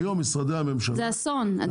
זה אסון אדוני,